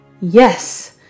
yes